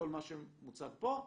כל מה שמוצג פה,